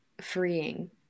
freeing